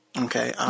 Okay